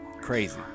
Crazy